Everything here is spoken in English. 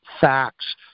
facts